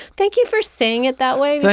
thank you for saying it that way.